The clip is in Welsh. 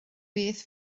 beth